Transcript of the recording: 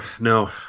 no